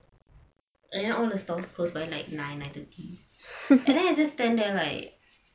and then all the stores close by like nine nine thirty and then you just stand there like